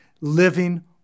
Living